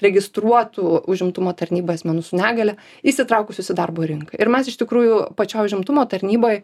registruotų užimtumo tarnyboj asmenų su negalia įsitraukusius į darbo rinką ir mes iš tikrųjų pačioj užimtumo tarnyboj